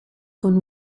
con